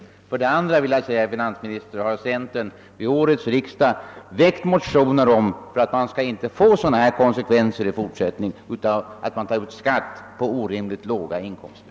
Vidare vill jag framhålla, herr finansminister, att centern vid årets riksdag har väckt motioner med syfte att förhindra att man i fortsättningen tar ut skatt på sådana här orimligt låga inkomster.